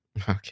Okay